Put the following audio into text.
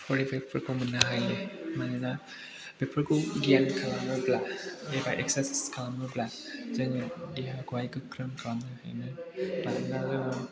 फरिबेखफोरखौ मोननो हायो मानोना बेफोरखौ ध्यान खालामोब्ला एबा एक्सारसाइस खालामोब्ला जोङो देहाखौहाय गोख्रों खालामनो हायो मानोना